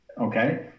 okay